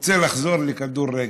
רוצה לחזור לכדורגל.